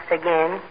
again